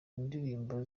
ndirimbo